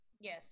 Yes